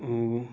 अम्म